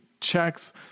checks